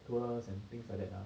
tours and things like that ah